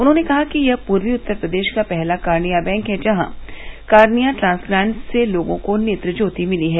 उन्होंने कहा कि यह पूर्वी उत्तर प्रदेष का पहला कार्निया बैंक है जहां कार्निया ट्रान्सप्लांट से लोगों को नेत्र ज्योति मिली है